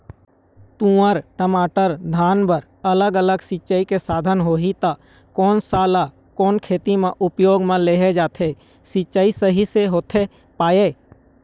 तुंहर, टमाटर, धान बर अलग अलग सिचाई के साधन होही ता कोन सा ला कोन खेती मा उपयोग मा लेहे जाथे, सिचाई सही से होथे पाए?